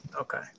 Okay